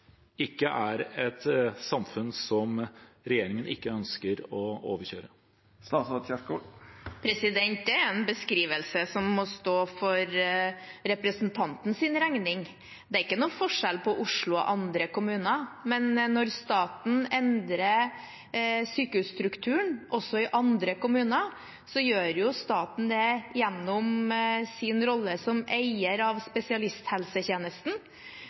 ikke er et samfunn som regjeringen ikke ønsker å overkjøre. Det er en beskrivelse som må stå for representantens regning. Det er ingen forskjell på Oslo og andre kommuner, men når staten endrer sykehusstrukturen også i andre kommuner, gjør staten det gjennom sin rolle som eier av spesialisthelsetjenesten.